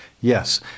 Yes